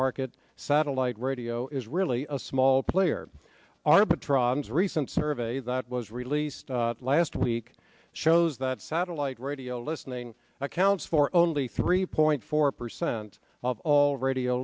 market satellite radio is really a small player arbitron is a recent survey that was released last week shows that satellite radio listening accounts for only three point four percent of all radio